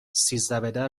سیزدهبدر